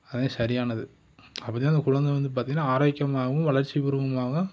அதான் சரியானது அப்ப தான் அந்த குழந்தை வந்து பார்த்திங்கன்னா ஆரோக்கியமாகவும் வளர்ச்சிபூர்வமாகவும்